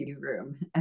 room